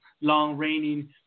long-reigning